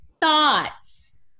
thoughts